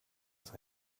ist